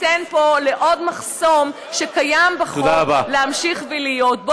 תיתן פה לעוד מחסום שקיים בחוק להמשיך להיות.